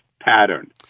pattern